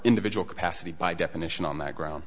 individual capacity by definition on that ground